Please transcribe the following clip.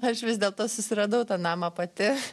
aš vis dėlto susiradau tą namą pati